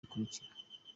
bikurikira